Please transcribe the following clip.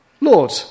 Lord